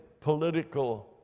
political